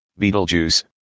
Beetlejuice